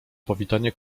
powitanie